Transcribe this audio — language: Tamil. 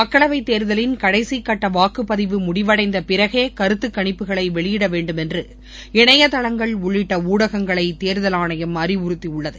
மக்களவை தேர்தலின் கடைசி கட்ட வாக்குப்பதிவு முடிவடைந்த பிறகே கருத்துக் கணிப்புகளை வெளியிட வேண்டும் என்று இணையதளங்கள் உள்ளிட்ட ஊடகங்களை தேர்தல் ஆணையம் அறிவுறுத்தியுள்ளது